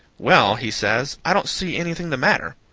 well, he says, i don't see anything the matter.